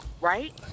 Right